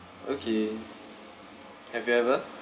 okay have you ever